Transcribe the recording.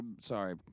sorry